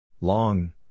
Long